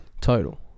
Total